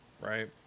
right